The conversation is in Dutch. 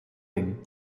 ding